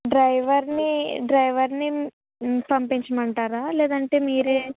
డ్రైవర్ని డ్రైవర్ని పంపించమంటారా లేదంటే మీరే